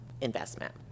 investment